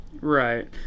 Right